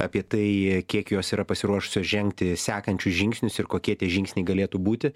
apie tai kiek jos yra pasiruošusios žengti sekančius žingsnius ir kokie tie žingsniai galėtų būti